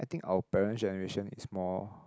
our parents generation is more